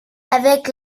avec